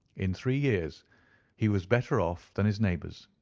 in three years he was better off than his neighbours,